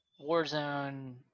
Warzone